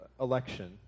election